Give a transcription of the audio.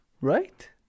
right